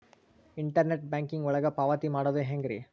Internet banking ಒಳಗ ಪಾವತಿ ಮಾಡೋದು ಹೆಂಗ್ರಿ?